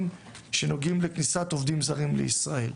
שנוגעים לכניסת עובדים זרים לישראל,